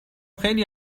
خیلی